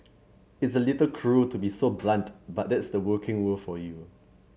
it's a little cruel to be so blunt but that's the working world for you